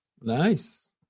Nice